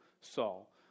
Saul